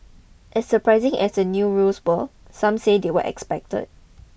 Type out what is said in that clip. as surprising as the new rules were some say they were expected